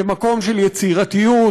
כמקום של יצירתיות,